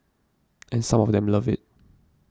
and some of them love it